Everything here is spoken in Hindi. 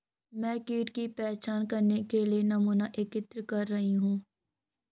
मैं कीट की पहचान करने के लिए नमूना एकत्रित कर रही हूँ